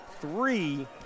three